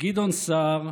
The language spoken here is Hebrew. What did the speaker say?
גדעון סער,